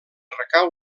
recau